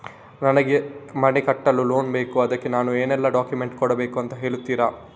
ನನಗೆ ಮನೆ ಕಟ್ಟಲು ಲೋನ್ ಬೇಕು ಅದ್ಕೆ ನಾನು ಏನೆಲ್ಲ ಡಾಕ್ಯುಮೆಂಟ್ ಕೊಡ್ಬೇಕು ಅಂತ ಹೇಳ್ತೀರಾ?